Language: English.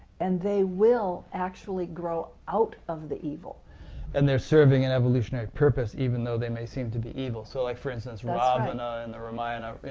and they will actually grow out of the evil. rick and they are serving an evolutionary purpose even though they may seem to be evil. so for instance, ravana in the ramayana,